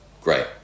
Great